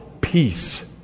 peace